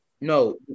No